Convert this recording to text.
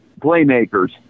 playmakers